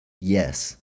Yes